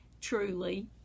truly